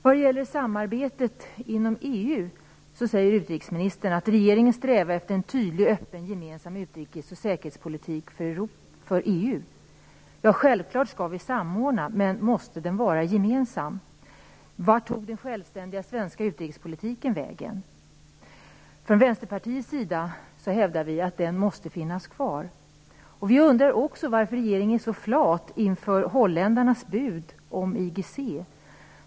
Vad gäller samarbetet inom EU säger utrikesministern att regeringen strävar efter en tydlig, öppen och gemensam utrikes och säkerhetspolitik för EU. Självfallet skall vi samordna, men måste utrikes och säkerhetspolitiken vara gemensam. Vart tog den självständiga svenska utrikespolitiken vägen? Från Vänsterpartiets sida hävdar vi att den måste finnas kvar. Vi undrar också varför regeringen är så flat inför holländarnas bud om IGC.